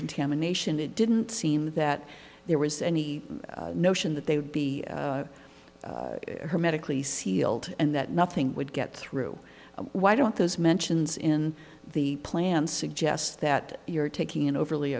contamination it didn't seem that there was any notion that they would be hermetically sealed and that nothing would get through why don't those mentions in the plan suggest that you're taking an overly